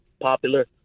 popular